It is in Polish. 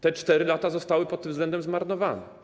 Te 4 lata zostały pod tym względem zmarnowane.